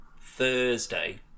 Thursday